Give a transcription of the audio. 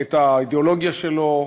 את האידיאולוגיה שלו,